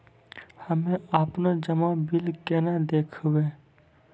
हम्मे आपनौ जमा बिल केना देखबैओ?